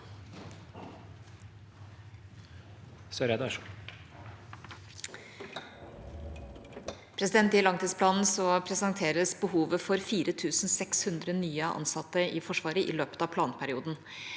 I langtidsplanen presenteres behovet for 4 600 nye ansatte i Forsvaret i løpet av planperioden.